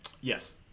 Yes